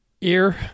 ear